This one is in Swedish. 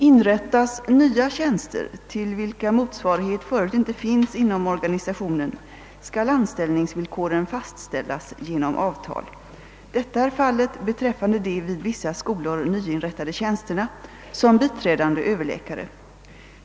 Inrättas nya tjänster, till vilka motsvarighet förut inte finns inom organisationen, skall = anställningsvillkoren fastställas genom avtal. Detta är fallet beträffande de vid vissa skolor nyinrättade tjänsterna som biträdande överläkare.